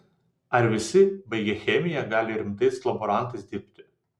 ar visi baigę chemiją gali rimtais laborantais dirbti